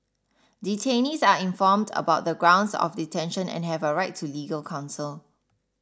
detainees are informed about the grounds of detention and have a right to legal counsel